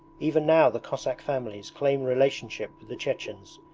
even now the cossack families claim relationship with the chechens,